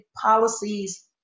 policies